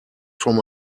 from